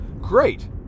great